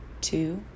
two